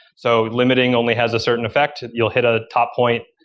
so limiting only has a certain effect. if you'll hit a top point,